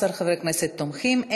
ההצעה להעביר את